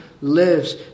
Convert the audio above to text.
lives